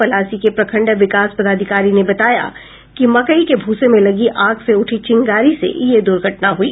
पलासी के प्रखंड विकास पदाधिकारी ने बताया कि मकई के भूसे में लगी आग से उठी चिंगारी से यह दुर्घटना हुई